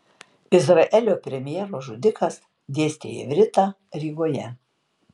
izraelio premjero žudikas dėstė ivritą rygoje